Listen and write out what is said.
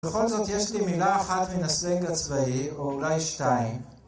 בכל זאת יש לי מילה אחת מן הסלנג הצבאי, או אולי שתיים.